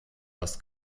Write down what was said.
das